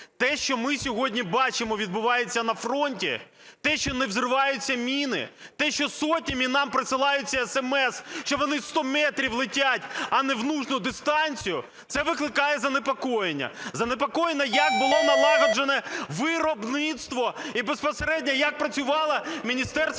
Те, що ми сьогодні бачимо відбувається на фронті, те, що не вибухають міни, те, що сотнями нам присилаються есемес, що вони 100 метрів летять, а не в нужну дистанцію, це викликає занепокоєння. Занепокоєння, як було налагоджено виробництво і безпосередньо як працювало Міністерство